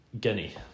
Guinea